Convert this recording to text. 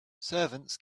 servants